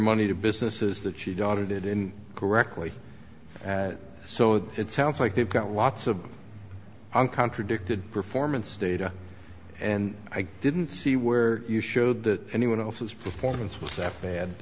money to businesses that she daughter did in correctly so it sounds like they've got lots of on contradicted performance data and i didn't see where you showed that anyone else's performance was that bad